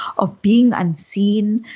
of being unseen,